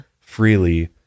freely